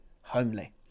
homely